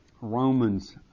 Romans